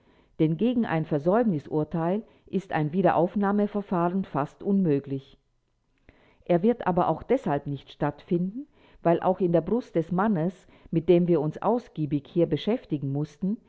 denn gegen ein versäumnisurteil ist ein wiederaufnahmeverfahren fast unmöglich er wird aber auch deshalb nicht stattfinden weil auch in der brust des mannes mit dem wir uns ausgiebig hier beschäftigen mußten